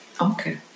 Okay